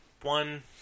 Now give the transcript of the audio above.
one